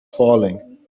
falling